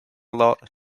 lot